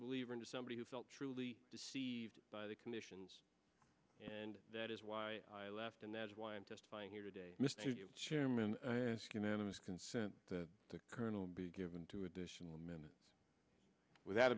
believer into somebody who felt truly deceived by the commissions and that is why i left and that is why i'm testifying here today mr chairman asking them to consent to the colonel be given two additional minutes without